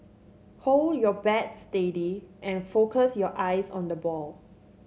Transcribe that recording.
hold your bat steady and focus your eyes on the ball